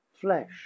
flesh